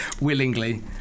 Willingly